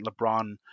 LeBron